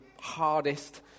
hardest